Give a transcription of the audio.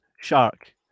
Shark